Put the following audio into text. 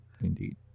Indeed